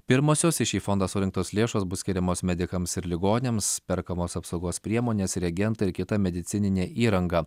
pirmosios į šį fondą surinktos lėšos bus skiriamos medikams ir ligoniams perkamos apsaugos priemonės reagentai ir kita medicininė įranga